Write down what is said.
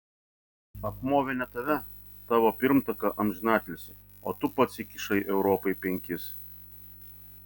apmovė ne tave tavo pirmtaką amžinatilsį o tu pats įkišai europai penkis